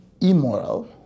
immoral